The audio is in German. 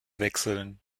wechseln